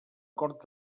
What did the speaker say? cort